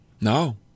No